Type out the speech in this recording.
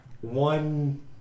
one